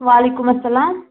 وعلیکُم اسلام